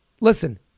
listen